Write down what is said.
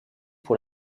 pour